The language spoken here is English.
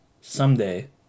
Someday